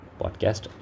podcast